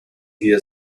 hier